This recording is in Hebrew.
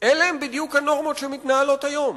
אלה הן בדיוק הנורמות הנוהגות היום,